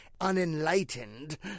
unenlightened